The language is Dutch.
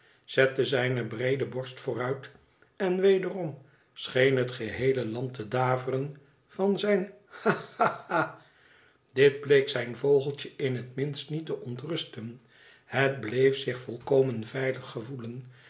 zette zijne breede borst vooruit en wederom scheen het geheele land te daveren van zijn ha ha ha dit bleek zijn vogeltje in het minste niet te ontrusten het bleef zich volkomen veilig gevoelen